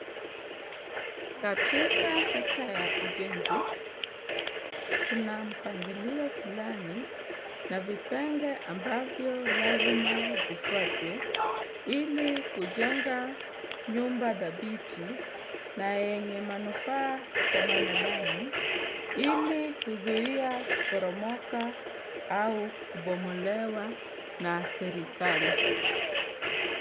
Katika sekta ya ujenzi, kuna mpangilio fulani na vipenge ambavyo lazima zifuatwe ili kujenga nyumba dhabiti na yenye manufaa kwa mwanadamu ili kuzuia kuporomoka au kubomolewa na serikali.